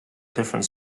different